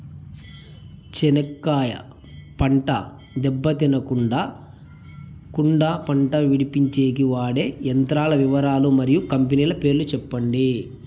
చెనక్కాయ పంట దెబ్బ తినకుండా కుండా పంట విడిపించేకి వాడే యంత్రాల వివరాలు మరియు కంపెనీల పేర్లు చెప్పండి?